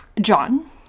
John